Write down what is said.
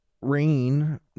Rain